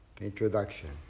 Introduction